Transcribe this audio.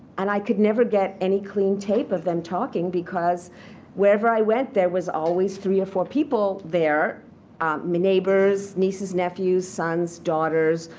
and i could never get any clean tape of them talking because wherever i went, there was always three or four people there the i mean neighbors, nieces, nephews, sons, daughters,